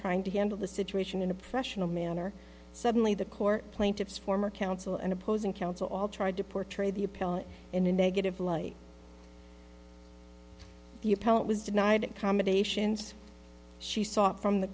trying to handle the situation in a professional manner suddenly the court plaintiff's former counsel and opposing counsel all tried to portray the appeal in a negative light the opponent was denied combinations she sought from the